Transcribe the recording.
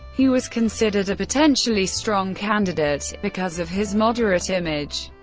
he was considered a potentially strong candidate, because of his moderate image,